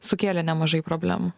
sukėlė nemažai problemų